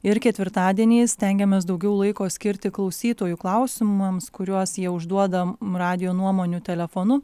ir ketvirtadienį stengiamės daugiau laiko skirti klausytojų klausimams kuriuos jie užduoda radijo nuomonių telefonu